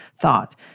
thought